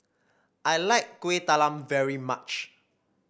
I like Kuih Talam very much